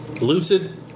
Lucid